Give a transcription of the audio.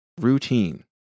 Routine